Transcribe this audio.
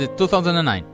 2009